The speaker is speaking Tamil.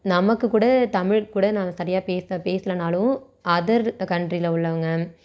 நமக்கு கூட தமிழ் கூட நான் சரியா பேச பேசலைன்னாலும் அதர் கண்ட்ரில உள்ளவங்கள்